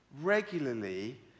regularly